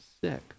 sick